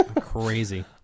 Crazy